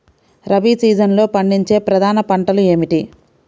రబీ సీజన్లో పండించే ప్రధాన పంటలు ఏమిటీ?